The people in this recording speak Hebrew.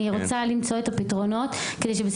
אבל אני רוצה לשמוע את הדברים.) אנחנו נותנים